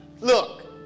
look